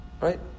Right